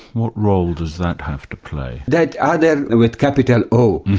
what role does that have to play? that other with capital o.